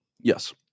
Yes